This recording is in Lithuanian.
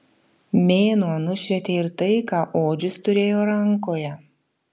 mėnuo nušvietė ir tai ką odžius turėjo rankoje